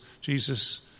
Jesus